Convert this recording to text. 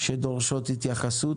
שדורשות התייחסות.